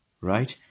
right